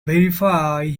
verify